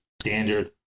standard